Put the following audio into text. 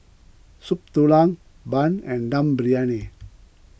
Soup Tulang Bun and Dum Briyani